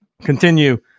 continue